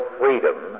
freedom